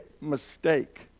mistake